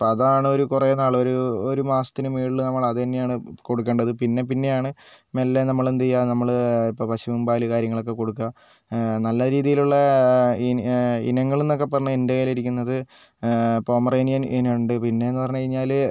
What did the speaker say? അപ്പോൾ അതാണൊരു കുറെ നാൾ ഒരു ഒരു മാസത്തിനും മുകളിൽ നമ്മൾ അതുതന്നെയാണ് കൊടുക്കേണ്ടത് പിന്നെപ്പിന്നെയാണ് മെല്ലെ നമ്മളെന്തെയ്യാ നമ്മൾ ഇപ്പോൾ പശുമ്പാല് കാര്യങ്ങളൊക്കെ കൊടുക്കുക നല്ല രീതിയിലുള്ള ഇന ഇനങ്ങളന്നൊക്കെ പറഞ്ഞാൽ എന്റെ കയ്യിലിരിക്കുന്നത് പോമറേനിയൻ ഇനമുണ്ട് പിന്നെന്നു പറഞ്ഞു കഴിഞ്ഞൽ